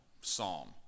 psalm